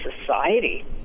society